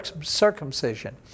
circumcision